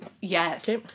Yes